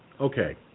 Okay